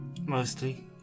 Mostly